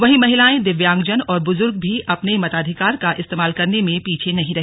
वहीं महिलाएं दिव्यांगजन और बुजुर्ग भी अपने मताधिकार का इस्तेमाल करने में पीछे नहीं रहे